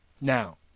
Now